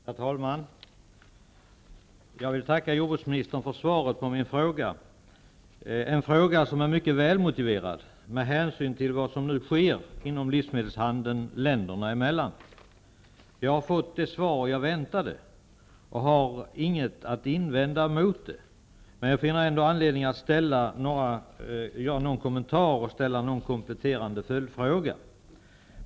Herr talman! Jag vill tacka jordbruksministern för svaret på min fråga. Det är en fråga som är mycket väl motiverad med hänsyn till vad som nu sker inom livsmedelshandeln länderna emellan. Jag har fått det svar jag väntade mig, och jag har inget att invända mot det. Men jag finner ändå anledning att göra någon kommentar och ställa någon kompletterande följdfråga.